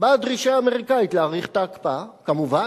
באה הדרישה האמריקנית להאריך את ההקפאה, כמובן,